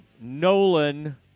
Nolan